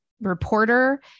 reporter